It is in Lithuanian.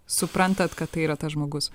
suprantat kad tai yra tas žmogus